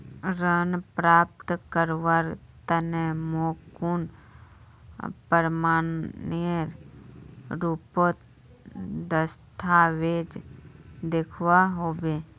ऋण प्राप्त करवार तने मोक कुन प्रमाणएर रुपोत दस्तावेज दिखवा होबे?